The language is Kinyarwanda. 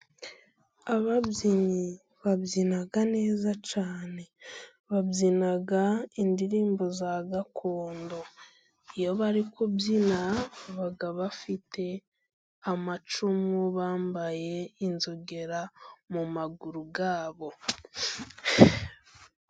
Ababyinnyi babyina neza cyane, babyina indirimbo za gakondo. Iyo bari kubyina baba bafite amacumu, bambaye inzogera mu maguru yabo.